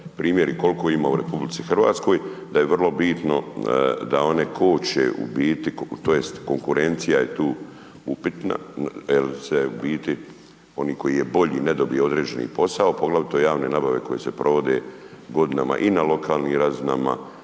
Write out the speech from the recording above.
primjeri i koliko ima u RH da je vrlo bitno da one koče u biti, tj. konkurencija je tu upitna jer se u biti onaj koji je bolji ne dobije određeni posao, poglavito javne nabave koje se provode godinama i na lokalnim razinama,